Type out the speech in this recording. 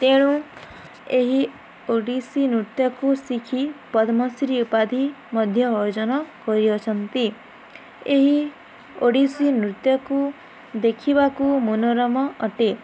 ତେଣୁ ଏହି ଓଡ଼ିଶୀ ନୃତ୍ୟକୁ ଶିଖି ପଦ୍ମଶ୍ରୀ ଉପାଧି ମଧ୍ୟ ଅର୍ଜନ କରିଅଛନ୍ତି ଏହି ଓଡ଼ିଶୀ ନୃତ୍ୟକୁ ଦେଖିବାକୁ ମନୋରମ ଅଟେ